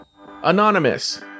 Anonymous